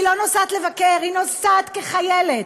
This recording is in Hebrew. היא לא נוסעת לבקר, היא נוסעת כחיילת.